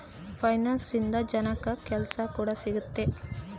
finance ಇಂದ ಜನಕ್ಕಾ ಕೆಲ್ಸ ಕೂಡ ಸಿಗುತ್ತೆ